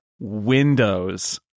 windows